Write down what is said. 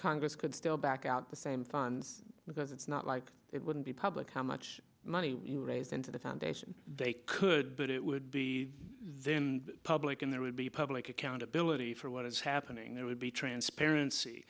congress could still back out the same funds because it's not like it wouldn't be public how much money you raise into the foundation they could but it would be then public and there would be public accountability for what is happening there would be transparency